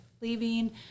leaving